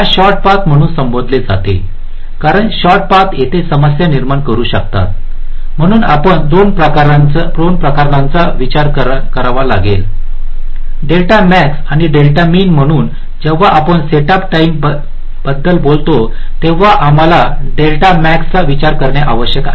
हा short path म्हणून संबोधले जाते कारण शॉर्ट पाथ येथे समस्या निर्माण करू शकतात म्हणून आपण 2 प्रकरणांचा विचार करावा लागेल डेल्टा मॅक्स आणि डेल्टा मिन म्हणून जेव्हा आपण सेटअप टाईमबद्दल बोलता तेव्हा आम्हाला डेल्टा मॅक्सचा विचार करणे आवश्यक आहे